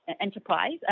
enterprise